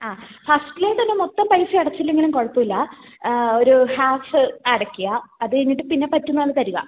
ആ ഫസ്റ്റിലെ തന്നെ മൊത്തം പൈസ അടച്ചില്ലെങ്കിലും കുഴപ്പമില്ല ഒരു ഹാഫ് അടയ്ക്കുക അത് കഴിഞ്ഞിട്ട് പിന്നെ പറ്റുന്ന പോലെ തരുക